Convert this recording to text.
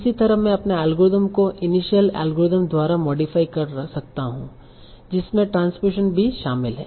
इसी तरह मैं अपने एल्गोरिथ्म को इनिशियल एल्गोरिथ्म द्वारा मॉडिफाई कर सकता हूं जिसमें ट्रांसपोज़ेशन भी शामिल है